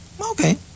Okay